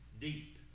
deep